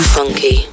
Funky